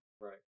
Right